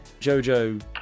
Jojo